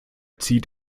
zieht